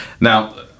Now